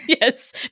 Yes